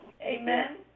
Amen